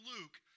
Luke